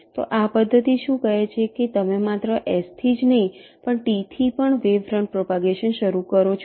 તો આ પદ્ધતિ શું કહે છે કે તમે માત્ર S થી જ નહીં પણ T થી પણ વેવ ફ્રંટ પ્રોપગેશન શરૂ કરો છો